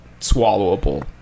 swallowable